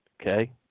okay